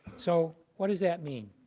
so what does that mean?